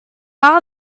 are